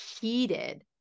heated